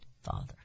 Father